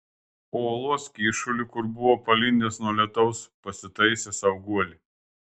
po uolos kyšuliu kur buvo palindęs nuo lietaus pasitaisė sau guolį